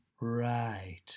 Right